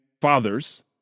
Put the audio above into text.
fathers